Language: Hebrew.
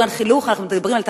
אנחנו מדברים על חינוך,